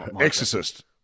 Exorcist